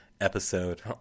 episode